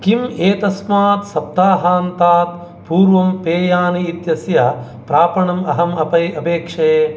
किम् एतस्मात् सप्ताहान्तात् पूर्वं पेयानि इत्यस्य प्रापणम् अहम् अपै अपेक्षे